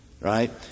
Right